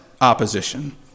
opposition